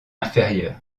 inférieur